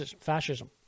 fascism